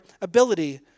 ability